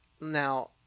Now